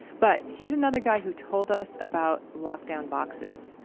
but here's another guy who told us about lockdown boxes.